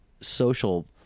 social